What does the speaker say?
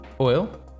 oil